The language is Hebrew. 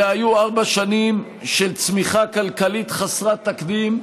אלה היו ארבע שנים של צמיחה כלכלית חסרת תקדים,